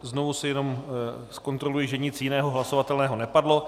Znovu si jenom zkontroluji, že nic jiného hlasovatelného nepadlo.